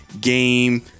game